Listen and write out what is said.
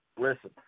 listen